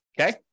okay